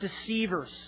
deceivers